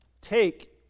take